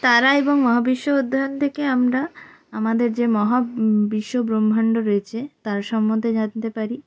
তারা এবং মহাবিশ্ব অধ্যয়ন থেকে আমরা আমাদের যে মহা বিশ্ব ব্রহ্মাণ্ড রয়েছে তার সম্বন্ধে জানতে পারি